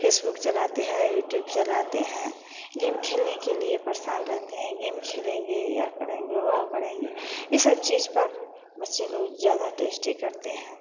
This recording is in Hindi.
फेसबुक चलाते हैं युट्यूब चलाते हैं गेम खेलने के लिए परेशान रहते हैं गेम खेलेंगे यह करेंगे वह करेंगे ई सब चीज़ पर बच्चे लोग ज़्यादा टेस्टी करते हैं